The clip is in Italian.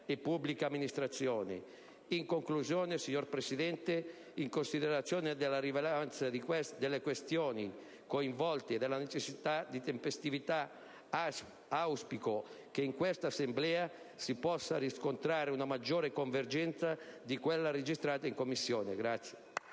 e pubblica amministrazione. In conclusione, signor Presidente, in considerazione della rilevanza delle questioni coinvolte e della necessità di tempestività, auspico che in questa Assemblea si possa riscontrare una maggiore convergenza di quella registrata in Commissione.